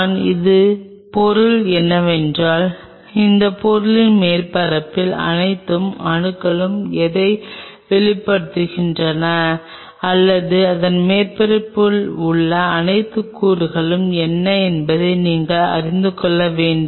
நான் இதன் பொருள் என்னவென்றால் அந்த பொருளின் மேற்பரப்பில் அனைத்து அணுக்களும் எதை வெளிப்படுத்துகின்றன அல்லது அதன் மேற்பரப்பில் உள்ள அனைத்து கூறுகளும் என்ன என்பதை நீங்கள் அறிந்து கொள்ள வேண்டும்